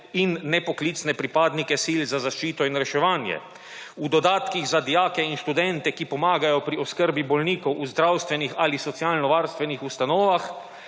in ne poklicne pripadnike sil za zaščito in reševanje. V dodatkih za dijake in študente, ki pomagajo pri oskrbi bolnikov v zdravstvenih ali socialnovarstvenih ustanovah,